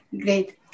Great